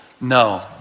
No